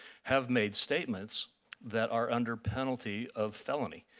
have made statements that are under penalty of felony.